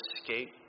escape